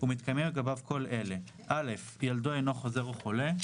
ומתקיימים לגביו כל אלה: (א)ילדו אינו חוזר או חולה.